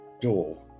door